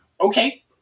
okay